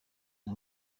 nta